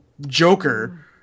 Joker